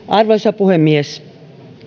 arvoisa puhemies